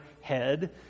head